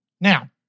Now